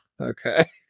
Okay